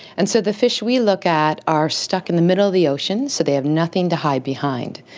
and so the fish we look at are stuck in the middle of the ocean, so they have nothing to hide behind,